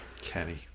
Kenny